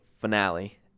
finale